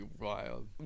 wild